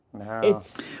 it's-